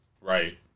Right